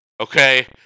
Okay